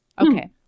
Okay